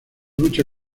lucha